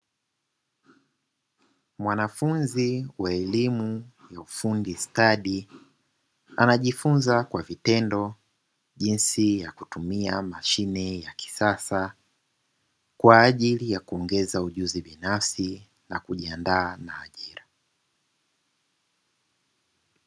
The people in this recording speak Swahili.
Mwanafunzi wa elimu ya ufundi stadi anajifunza kwa vitendo jinsi ya kutumia mashine ya kisasa, kwa ajili ya kuongeza ujuzi binafsi na kujiandaa na ajira.